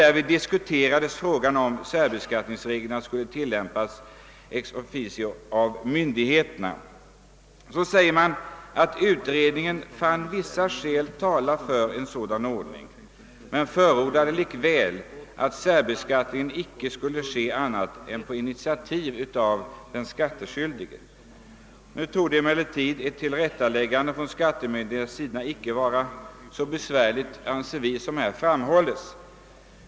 Därvid diskuterades frågan, om särbeskattningsregeln skulle tillämpas ex officio av myndigheterna. Visserligen sade utredningen att vissa skäl talade för en sådan ordning, men den förordade lik väl att särbeskattning inte skulle ske annat än på initiativ av den skattskyldige. Emellertid torde ett tillrättaläggande från skattemyndigheternas sida inte vara så besvärligt, anser vi, som här framhålls.